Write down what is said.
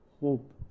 hope